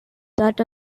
that